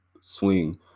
swing